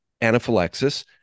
anaphylaxis